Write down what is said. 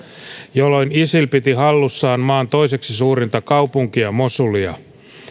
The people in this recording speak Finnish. jolloin isil piti hallussaan maan toiseksi suurinta kaupunkia mosulia